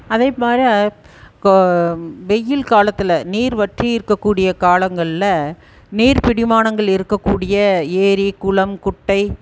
அதே மாதிரி வெயில் காலத்தில் நீர் வற்றி இருக்கக்கூடிய காலங்களில் நீர் பிடிமானங்கள் இருக்கக்கூடிய ஏரி குளம் குட்டை